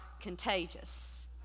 contagious